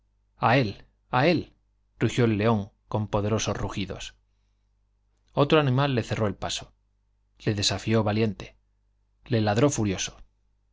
a él a él gallinas rugió el león con poderosos rugidos otro animal le cerró el paso le desafió valiente le ladró furioso